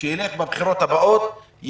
שילך בבחירות הבאות,